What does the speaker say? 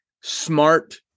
smart